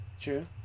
True